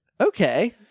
Okay